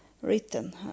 written